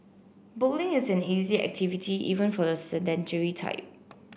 bowling is an easy activity even for the sedentary type